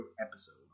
episode